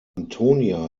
antonia